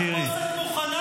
די כבר.